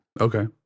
Okay